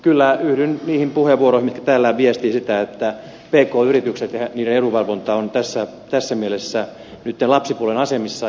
kyllä yhdyn niihin puheenvuoroihin jotka täällä viestivät sitä että pk yritykset ja niiden edunvalvonta ovat tässä mielessä nyt lapsipuolen asemassa